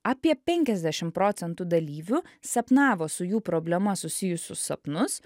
apie penkiasdešim procentų dalyvių sapnavo su jų problema susijusių sapnus